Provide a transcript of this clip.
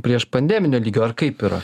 priešpandeminio lygio ar kaip yra